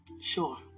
Sure